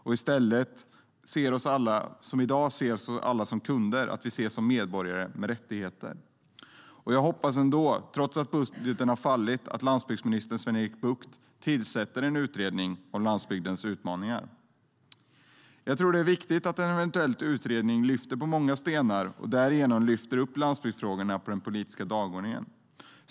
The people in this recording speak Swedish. I dag ses alla som kunder, och vi ska i stället ses som medborgare med rättigheter. Trots att budgeten har fallit hoppas jag att landsbygdsminister Sven-Erik Bucht tillsätter en utredning om landsbygdens utmaningar. Jag tror att det är viktigt att en eventuell utredning lyfter på många stenar och därigenom lyfter upp landsbygdsfrågorna på den politiska dagordningen.